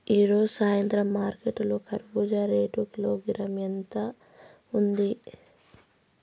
ఈ సాయంత్రం మార్కెట్ లో కర్బూజ రేటు కిలోగ్రామ్స్ ఎంత ఉంది?